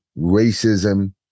racism